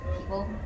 people